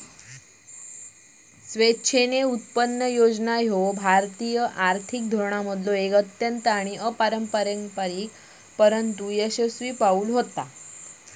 स्वेच्छेने उत्पन्न योजना ह्या भारतीय आर्थिक धोरणांमधलो एक अत्यंत अपारंपरिक परंतु यशस्वी पाऊल होता